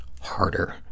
harder